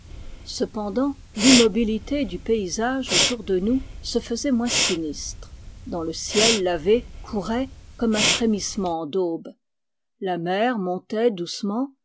cependant l'immobilité du paysage autour de nous se faisait moins sinistre dans le ciel lavé courait comme un frémissement d'aube la mer montait doucement